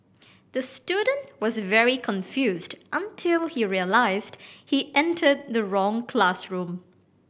the student was very confused until he realised he entered the wrong classroom